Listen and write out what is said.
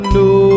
no